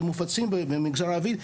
שמופצים במגזר הערבי.